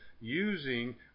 using